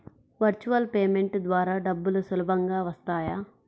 Virtual payment ద్వారా డబ్బులు సులభంగా వస్తాయా?